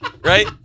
Right